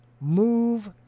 move